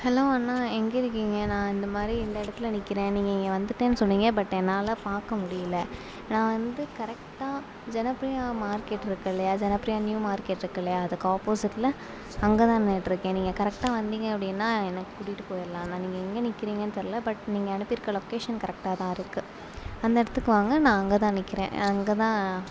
hello அண்ணா எங்கே இருக்கீங்க நான் இந்தமாதிரி இந்த இடத்துல நிற்கிறேன் நீங்கள் இங்கே வந்துவிட்டன்னு சொன்னீங்க பட் என்னால் பார்க்க முடியிலை நான் வந்து கரெக்டாக ஜனப்ரியா மார்க்கெட் இருக்கு இல்லையா ஜனப்ரியா நியூ மார்க்கெட் இருக்கு இல்லையா அதுக்கு ஆப்போசிட்ல அங்கேதான் நின்றுக்கிட்ருக்கேன் நீங்கள் கரெக்டாக வந்தீங்க அப்படினா என்ன கூட்டிகிட்டு போயிர்லாம் ஆனால் நீங்கள் எங்கள் நிற்கிறீங்கன்னு தெரில பட் நீங்கள் அனுப்பி இருக்க லொக்கேஷன் கரெக்டாகதான் இருக்கு அந்த இடத்துக்கு வாங்க நான் அங்கேதான் நிற்கிறேன் அங்கேதான்